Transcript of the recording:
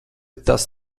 tas